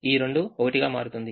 ఈ 2 1 గా మారుతుంది